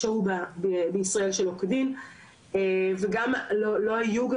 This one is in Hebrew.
וגם לא היו גם טיסות שאפשרו לצאת בזמן כמו שצריך,